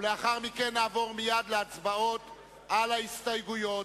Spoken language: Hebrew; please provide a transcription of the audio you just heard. ולאחר מכן נעבור מייד להצבעות על ההסתייגויות.